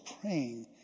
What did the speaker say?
praying